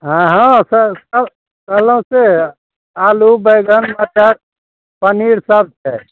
हँ हँ तब कहलहुॅं से आलू बैंगन मटर पनीर सब छै